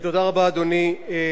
תודה רבה, אדוני.